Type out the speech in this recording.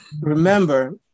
Remember